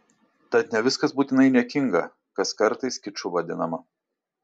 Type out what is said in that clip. tad ne viskas būtinai niekinga kas kartais kiču vadinama